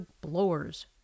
blowers